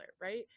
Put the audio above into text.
right